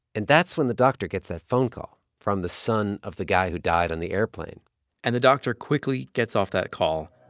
and that's when the doctor gets that phone call from the son of the guy who died on the airplane and the doctor quickly gets off that call,